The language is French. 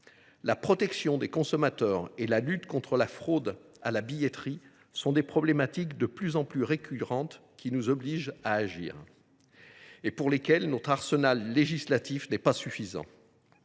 La protection des consommateurs et la fraude à la billetterie sont des problématiques de plus en plus récurrentes qui nous obligent à agir. Or notre arsenal législatif n’est pas suffisant.